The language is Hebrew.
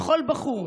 לכל בחור,